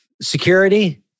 security